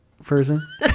person